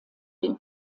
den